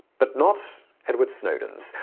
but not edward snowden's.